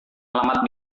alamat